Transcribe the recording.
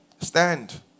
Stand